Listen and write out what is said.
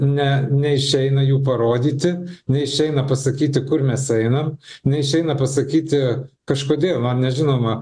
ne neišeina jų parodyti neišeina pasakyti kur mes einam neišeina pasakyti kažkodėl man nežinoma